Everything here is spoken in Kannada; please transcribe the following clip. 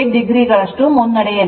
8o ಗಳಷ್ಟು ಮುನ್ನಡೆಯಲ್ಲಿದೆ